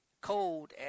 cold